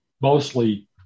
mostly